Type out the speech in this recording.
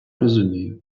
розумію